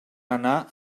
anar